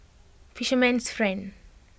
fisherman's friend